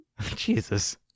Jesus